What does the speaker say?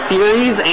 Series